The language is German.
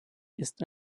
ist